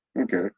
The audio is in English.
okay